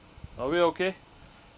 are we okay